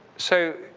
so,